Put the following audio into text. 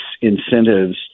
incentives